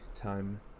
time